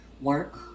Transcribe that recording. work